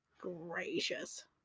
Gracious